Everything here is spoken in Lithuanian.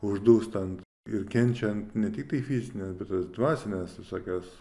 uždūstant ir kenčiant ne tiktai fizines bet tas dvasines visokias